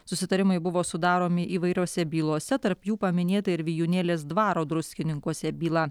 susitarimai buvo sudaromi įvairiose bylose tarp jų paminėta ir vijūnėlės dvaro druskininkuose byla